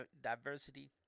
diversity